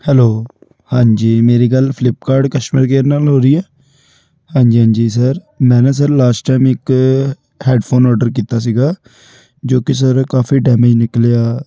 hello ਹਾਂਜੀ ਮੇਰੀ ਗੱਲ ਫਲਿੱਪਕਾਰਡ ਕਸਟਮਰ ਕੇਅਰ ਨਾਲ ਹੋ ਰਹੀ ਹੈ ਹਾਂਜੀ ਹਾਂਜੀ ਸਰ ਮੈਂ ਨਾ ਸਰ ਲਾਸਟ ਟਾਈਮ ਇੱਕ ਹੈਡਫ਼ੋਨ ਔਡਰ ਕੀਤਾ ਸੀਗਾ ਜੋ ਕੀ ਸਰ ਕਾਫੀ ਡੈਮਿਜ ਨਿਕਲਿਆ